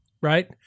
right